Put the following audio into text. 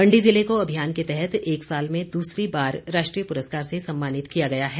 मण्डी जिले को अभियान के तहत एक साल में दूसरी बार राष्ट्रीय पुरस्कार से सम्मानित किया गया है